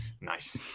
nice